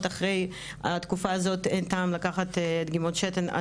אחרי התקופה הזאת אין טעם לקחת דגימות שתן,